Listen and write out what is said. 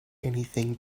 anything